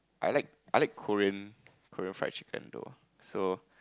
I like I like Korean Korean fried chicken though so